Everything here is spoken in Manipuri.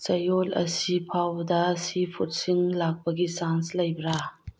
ꯆꯌꯣꯜ ꯑꯁꯤ ꯐꯥꯎꯕꯗ ꯁꯤ ꯐꯨꯠꯁꯤꯡ ꯂꯥꯛꯄꯒꯤ ꯆꯥꯡꯁ ꯂꯩꯕ꯭ꯔꯥ